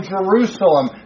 Jerusalem